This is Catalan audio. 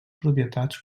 propietats